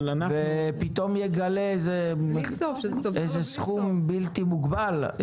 פתאום הוא יגלה איזה סכום בלתי מוגבל.